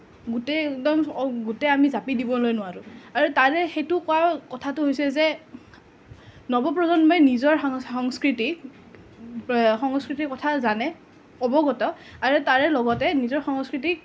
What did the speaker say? গোটেই একদম গোটেই আমি জাপি দিবলৈ নোৱাৰোঁ আৰু তাৰে সেইটো কোৱাৰ কথাটো হৈছে যে নৱপ্ৰজন্মই নিজৰ সংস্কৃতি সংস্কৃতিৰ কথা জানে অৱগত আৰু তাৰে লগতে নিজৰ সংস্কৃতিক